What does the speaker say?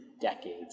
decades